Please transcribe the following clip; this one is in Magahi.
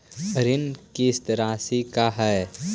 ऋण किस्त रासि का हई?